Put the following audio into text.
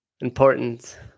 Important